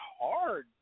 hard